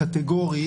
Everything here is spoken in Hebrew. קטגורית.